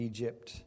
Egypt